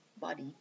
body